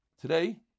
today